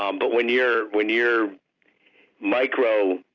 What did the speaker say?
um but when you're when you're micro